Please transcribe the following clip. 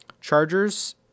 Chargers